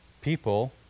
people